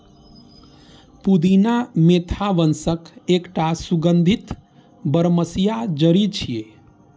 पुदीना मेंथा वंशक एकटा सुगंधित बरमसिया जड़ी छियै